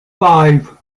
five